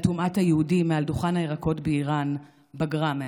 טומאת היהודים הדוכן הירקות באיראן בגרה מאז,